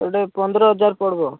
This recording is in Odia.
ସେଟା ପନ୍ଦର ହଜାର ପଡ଼୍ବ